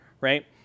right